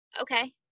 okay